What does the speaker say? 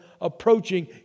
approaching